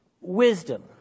wisdom